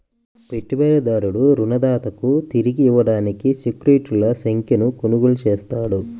పెట్టుబడిదారుడు రుణదాతకు తిరిగి ఇవ్వడానికి సెక్యూరిటీల సంఖ్యను కొనుగోలు చేస్తాడు